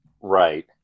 Right